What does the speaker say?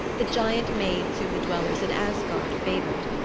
the giant maids whom the dwellers in asgard favored.